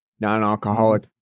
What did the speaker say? non-alcoholic